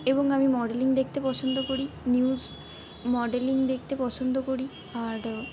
এবং আমি মডেলিং দেখতে পছন্দ করি নিউজ মডেলিং দেখতে পছন্দ করি আর